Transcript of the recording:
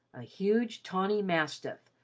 a huge tawny mastiff,